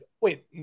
wait